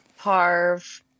Parv